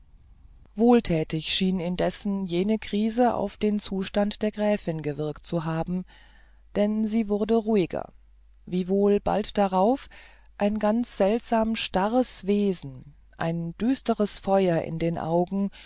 wohltätig schien indessen jene krise auf den zustand der gräfin gewirkt zu haben denn sie wurde ruhiger wiewohl bald darauf ein ganz seltsames starres wesen ein düstres feuer in den augen